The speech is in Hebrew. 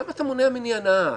אבל למה אתה מונע ממני הנאה?